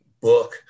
book